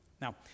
Now